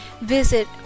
Visit